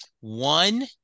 one